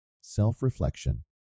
self-reflection